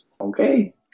okay